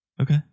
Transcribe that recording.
Okay